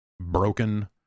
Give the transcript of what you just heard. broken